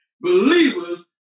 believers